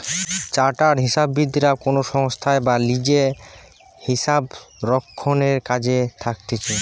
chartered হিসাববিদরা কোনো সংস্থায় বা লিজে হিসাবরক্ষণের কাজে থাকতিছে